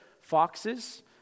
foxes